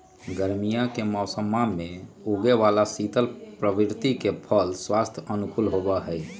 गर्मीया के मौसम्मा में उगे वाला शीतल प्रवृत्ति के फल स्वास्थ्य के अनुकूल होबा हई